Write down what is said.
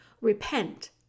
Repent